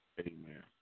Amen